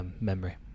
memory